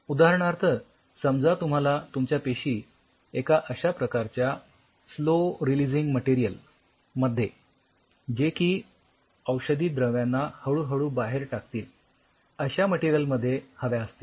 उदाहरणार्थ समजा तुम्हाला तुमच्या पेशी एका अश्या प्रकारच्या स्लो रिलिझिंग मटेरियल मध्ये जे की औषधी द्रव्यांना हळू हळू बाहेर टाकतील अश्या मटेरियल मध्ये हव्या असतील